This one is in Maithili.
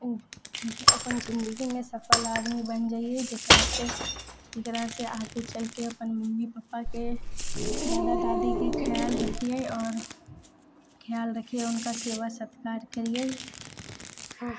अपन जिन्दगीमे सफल आदमी बनि जाइयै जेकरा से जेकरा से आगे चलिके अपन मम्मी पापाके दादा दादीके खयाल रखियै आओर खयाल रखियै हुनका सेवा सत्कार करियै